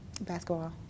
Basketball